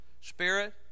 spirit